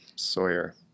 Sawyer